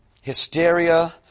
hysteria